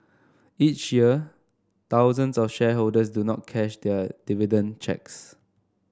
each year thousands of shareholders do not cash their dividend cheques